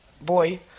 boy